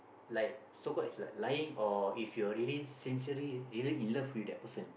like so called is like lying or if you're really sincerely really in love with that person